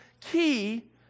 key